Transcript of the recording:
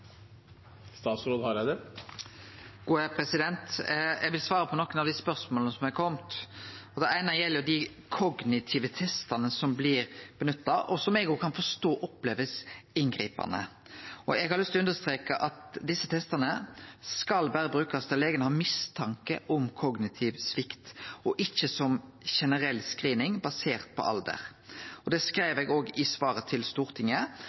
Det eine gjeld dei kognitive testane som blir nytta, og som eg òg kan forstå blir opplevde som inngripande. Eg har lyst til å understreke at desse testane berre skal brukast når legen har mistanke om kognitiv svikt, og ikkje som generell screening basert på alder. Det skreiv eg i svaret til Stortinget,